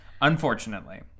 unfortunately